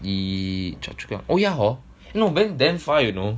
the choa chu kang oh yeah hor no but then damn far you know